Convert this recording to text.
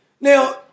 Now